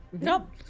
Nope